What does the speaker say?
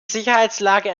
sicherheitslage